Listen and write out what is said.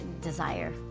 desire